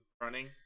running